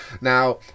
now